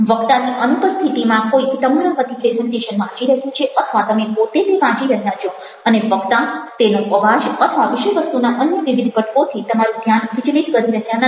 વક્તાની અનુપસ્થિતિમાં કોઈક તમારા વતી પ્રેઝન્ટેશન વાંચી રહ્યું છે અથવા તમે પોતે તે વાંચી રહ્યા છો અને વક્તા તેનો અવાજ અથવા વિષયવસ્તુના અન્ય વિવિધ ઘટકોથી તમારું ધ્યાન વિચલિત કરી રહ્યા નથી